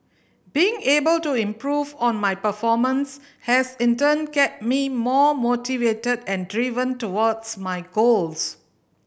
being able to improve on my performance has in turn kept me more motivated and driven towards my goals